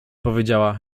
powiedziała